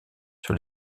sur